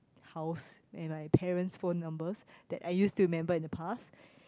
house and my parent's phone number that I used to remember in the past